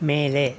ಮೇಲೆ